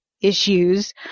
issues